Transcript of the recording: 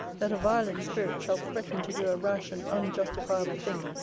that a violent spirit shall threaten to do a rash and unjustifiable thing,